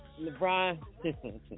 Lebron